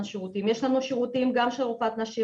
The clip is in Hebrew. שירותים יש לנו שירותים גם של רופאת נשים,